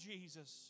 Jesus